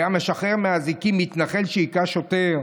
היה משחרר מאזיקים מתנחל שהכה שוטר,